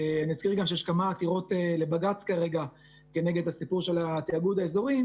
אני אזכיר גם שיש כמה עתירות לבג"ץ כרגע כנגד הסיפור של תאגוד האזורים